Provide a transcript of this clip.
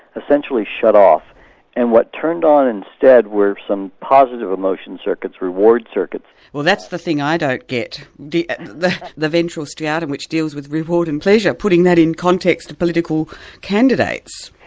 essentially shut off and what turned on instead were some positive emotion circuits, reward circuits. well that's the thing i don't get, the the ventral striatum that deals with reward and pleasure, putting that in context to political candidates.